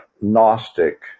Gnostic